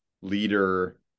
leader